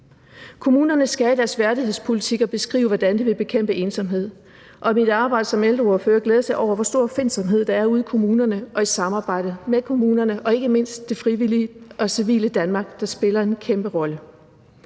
Kommunerne skal i deres værdighedspolitikker beskrive, hvordan de vil bekæmpe ensomhed, og i mit arbejde som ældreordfører glædes jeg over, hvor stor opfindsomhed der er ude i kommunerne og i samarbejdet med kommunerne og ikke mindst det frivillige og civile Danmark, der spiller en kæmpe rolle.